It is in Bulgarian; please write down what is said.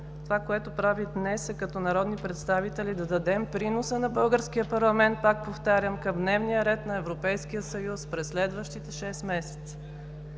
Това, което правим днес, е като народни представители да дадем приноса на българския парламент, пак повтарям, към дневни ред на Европейския съюз през следващите шест месеца.